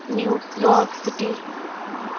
New York City